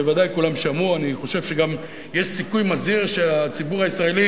בוודאי כולם שמעו ואני חושב שיש סיכוי מזהיר שהציבור הישראלי